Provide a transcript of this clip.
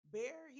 Bear